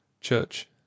Church